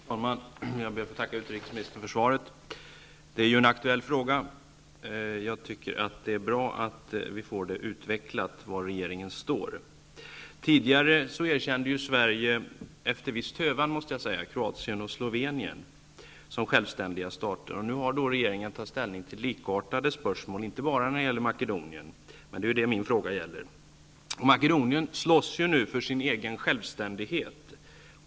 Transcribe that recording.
Fru talman! Jag ber att få tacka utrikesministern för svaret. Frågan är aktuell. Det är bra att få utvecklat var regeringen står. Tidigare erkände Sverige — efter viss tövan, måste jag säga — Kroatien och Slovenien som självständiga stater. Nu har regeringen att ta ställning till likartade spörsmål, inte bara när det gäller Makedonien, som min fråga gällde. Makedonien slåss i dag återigen för sin egen självständighet.